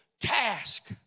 task